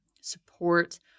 support